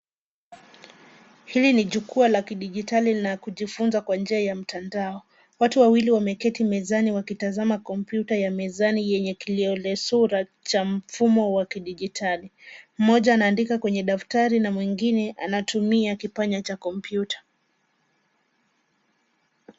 Hili ni jukwaa la kidigitali na kujifunza kwa njia ya mtandao. Watu wawili wameketi mezani wakitazama kompyuta ya mezani yenye kiliolesura cha mfumo wa kidigitali. Mmoja anaandika kwenye daftari na mwingine anatumia kipanya cha kompyuta.